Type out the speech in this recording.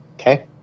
Okay